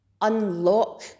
unlock